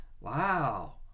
Wow